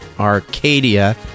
Arcadia